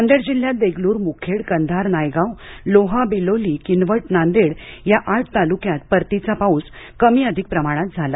नांदेड जिल्ह्यात देगलूर मुखेड कधार नायगाव लोहा बिलोली किनवट नांदेड या आठ तालूक्यात परतीचा पाऊस कमी अधिक प्रमाणात झाला